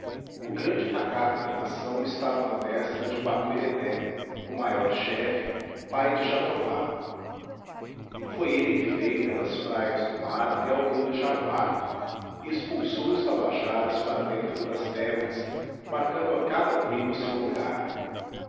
o grande tacape da nação estava na destra de batuireté o maior chefe pai de jatobá foi ele que veio pelas praias do mar até o rio do jaguar e expulsou os tabajaras para dentro das terras marcando a cada tribo seu lugar